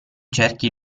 cerchi